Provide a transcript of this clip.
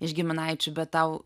iš giminaičių bet tau